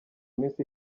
minsi